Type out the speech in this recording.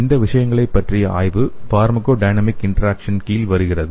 இந்த விஷயங்களைப் பற்றிய ஆய்வு பார்மகோடைனமிக் இன்டராக்சன் கீழ் வருகிறது